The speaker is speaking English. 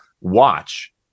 watch